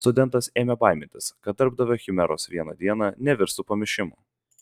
studentas ėmė baimintis kad darbdavio chimeros vieną dieną nevirstų pamišimu